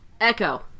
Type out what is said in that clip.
Echo